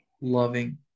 loving